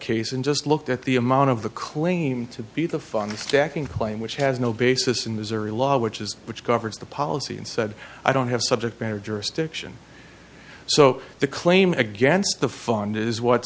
case and just looked at the amount of the claim to be the fund stacking claim which has no basis in the zuri law which is which governs the policy and said i don't have subject matter jurisdiction so the claim against the fund is